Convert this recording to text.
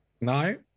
No